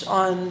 on